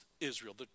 Israel